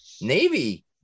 Navy